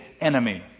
enemy